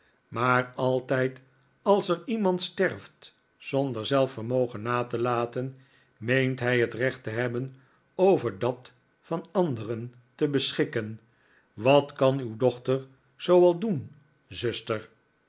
maar altijd als er iemand sterft zonder zelf vermogen na te laten meent hij het recht te hebben over dat van anderen te beschikken wat kan uw dochter zoo al doen zuster